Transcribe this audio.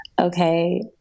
okay